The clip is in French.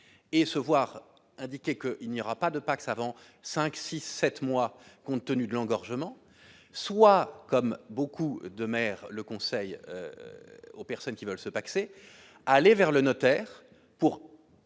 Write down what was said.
et se voir indiquer que il n'y aura pas de Pacs avant 5 6 7 mois compte tenu de l'engorgement soit comme beaucoup de maires le conseil aux personnes qui veulent se pacser, aller vers le notaire pour